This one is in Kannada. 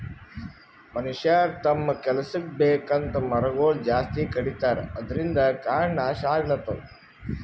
ಮನಷ್ಯರ್ ತಮ್ಮ್ ಕೆಲಸಕ್ಕ್ ಬೇಕಂತ್ ಮರಗೊಳ್ ಜಾಸ್ತಿ ಕಡಿತಾರ ಅದ್ರಿನ್ದ್ ಕಾಡ್ ನಾಶ್ ಆಗ್ಲತದ್